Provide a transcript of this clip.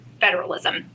federalism